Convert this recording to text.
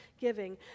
giving